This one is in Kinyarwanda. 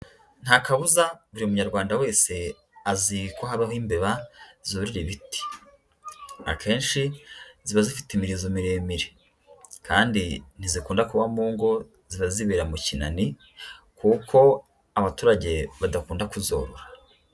Nta kabuza, buri munyarwanda wese azi ko habaho imbeba zurira ibiti, akenshi ziba zifite imirizo miremire, kandi ntizikunda kuba mu ngo, ziba zibera mu kinani, kuko abaturage badakunda kuzorora.